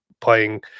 playing